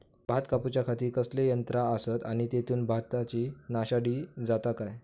भात कापूच्या खाती कसले यांत्रा आसत आणि तेतुत भाताची नाशादी जाता काय?